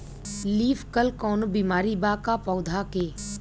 Leaf curl कौनो बीमारी बा का पौधा के?